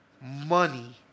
Money